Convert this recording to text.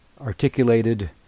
articulated